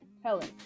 Helen